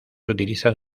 utilizan